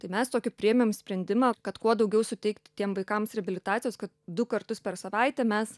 tai mes tokį priėmėm sprendimą kad kuo daugiau suteikti tiem vaikams reabilitacijos kad du kartus per savaitę mes